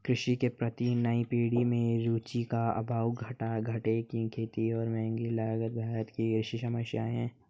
कृषि के प्रति नई पीढ़ी में रुचि का अभाव, घाटे की खेती और महँगी लागत भारत की कृषि समस्याए हैं